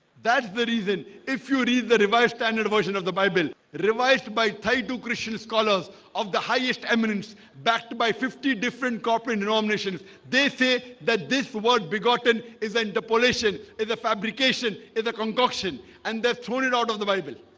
that's the reason if you read the revised standard version of the bible revised by title christian scholars of the highest eminence backed by fifty different corporate nominations they say that this word begotten is interpolation in the fabrication in the concoction and they're throwing it out of the bible